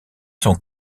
sont